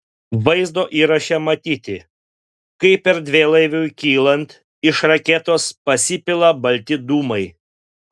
vaizdo įraše matyti kaip erdvėlaiviui kylant iš raketos pasipila balti dūmai